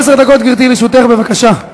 עשר דקות, גברתי, לרשותך, בבקשה.